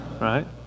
right